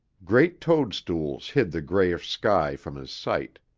great toadstools hid the grayish sky from his sight.